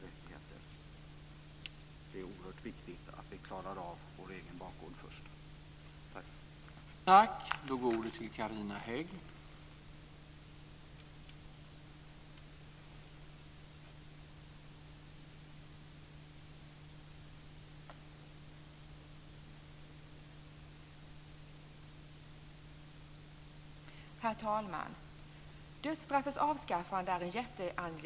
Det är oerhört viktigt att vi klarar av vår egen bakgård först.